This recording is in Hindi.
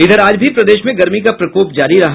इधर आज भी प्रदेश में गर्मी का प्रकोप जारी रहा